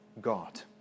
God